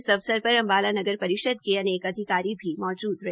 इस अवसर पर अम्बाला नगर परिषद के अनेक अधिकारी भी मौजूद रहे